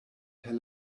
per